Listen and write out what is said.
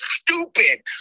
stupid